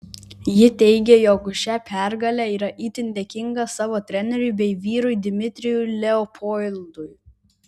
ji teigia jog už šią pergalę yra itin dėkinga savo treneriui bei vyrui dmitrijui leopoldui